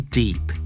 deep